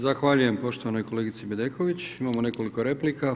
Zahvaljujem poštovanoj kolegici Bedeković, imamo nekoliko replika.